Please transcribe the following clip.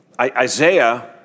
Isaiah